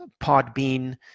Podbean